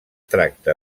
tracta